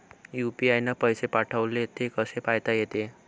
UPI न पैसे पाठवले, ते कसे पायता येते?